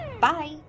Bye